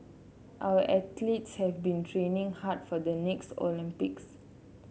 our athletes have been training hard for the next Olympics